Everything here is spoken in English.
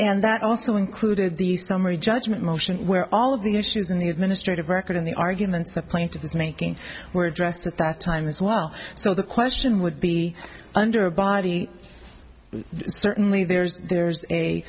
and that also included the summary judgment motion where all of the issues in the administrative record and the arguments the plaintiff was making were addressed at that time as well so the question would be under a body certainly there's there's